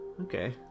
Okay